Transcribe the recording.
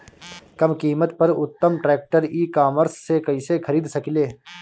कम कीमत पर उत्तम ट्रैक्टर ई कॉमर्स से कइसे खरीद सकिले?